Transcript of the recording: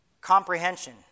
comprehension